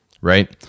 right